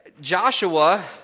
Joshua